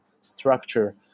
structure